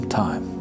time